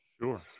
Sure